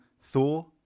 Thor